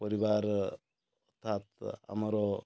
ପରିବାର ଅର୍ଥାତ ଆମର